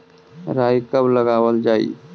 राई कब लगावल जाई?